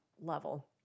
level